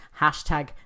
Hashtag